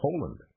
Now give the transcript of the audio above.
Poland